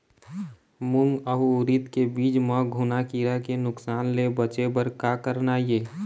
मूंग अउ उरीद के बीज म घुना किरा के नुकसान ले बचे बर का करना ये?